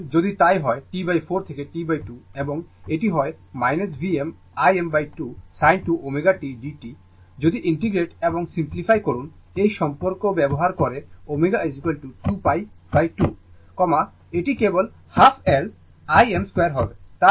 অতএব যদি তাই হয় T4 থেকে T2 এবং এটি হয় Vm Im2 sin 2 ω t dt যদি ইন্টিগ্রেট এবং সিমপ্লিফাই করুন এই সম্পর্ক ব্যবহার করে ω 2π 2 এটি কেবল হাফ L Im 2 হবে